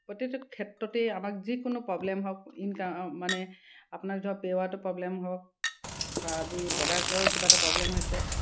প্ৰতিটো ক্ষেত্ৰতেই আমাক যিকোনো প্ৰব্লেম হওক মানে আপোনাক প্ৰব্লেম হওক বা আজি প্ৰডাক্টৰ কিবা এটা প্ৰব্লেম হৈছে